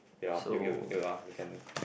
ya you you you ah you can